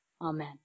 Amen